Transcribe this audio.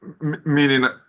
Meaning